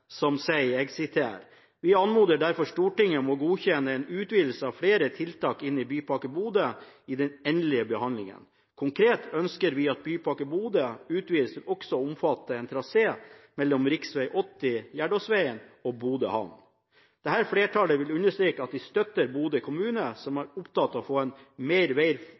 som støtter Bodø kommune, som sier: «Vi anmoder derfor Stortinget om å godkjenne en utvidelse av flere tiltak inn i Bypakke Bodø i den endelige behandlingen. Konkret ønsker vi at Bypakke Bodø utvides til også å omfatte en trasé mellom Riksveg 80/Gjerdåsveien og Bodø Havn.» Videre sier flertallet: «Dette flertallet vil understreke at de støtter Bodø kommune som er opptatt av å få «mer vei